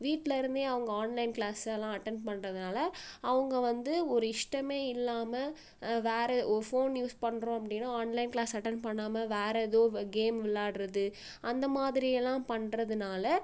வீட்டில் இருந்தே அவங்க ஆன்லைன் க்ளாஸெல்லாம் அட்டன் பண்ணுறதுனால அவங்க வந்து ஒரு இஷ்டமே இல்லாமல் வேறு ஃபோன் யூஸ் பண்ணுறோம் அப்படின்னா ஆன்லைன் க்ளாஸ் அட்டன் பண்ணாமல் வேறு எதோது கேம் விள்ளாட்றது அந்தமாதிரி எல்லாம் பண்ணுறதுனால